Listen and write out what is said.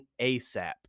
ASAP